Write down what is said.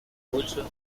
wilson